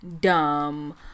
dumb